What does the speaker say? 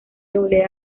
doble